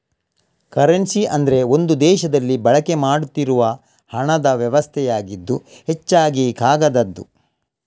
currency ಅಂದ್ರೆ ಒಂದು ದೇಶದಲ್ಲಿ ಬಳಕೆ ಮಾಡ್ತಿರುವ ಹಣದ ವ್ಯವಸ್ಥೆಯಾಗಿದ್ದು ಹೆಚ್ಚಾಗಿ ಕಾಗದದ್ದು